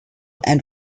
and